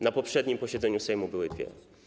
Na poprzednim posiedzeniu Sejmu były dwie.